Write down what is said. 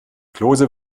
klose